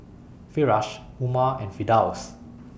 Firash Umar and Firdaus